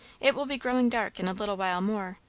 it will be growing dark in a little while more.